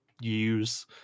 use